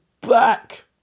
back